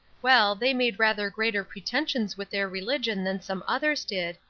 well, they made rather greater pretensions with their religion than some others did,